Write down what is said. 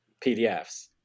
PDFs